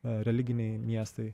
religiniai miestai